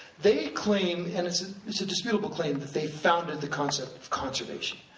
they claim, and it's ah it's a disputable claim, that they founded the concept of conservation.